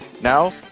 Now